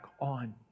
on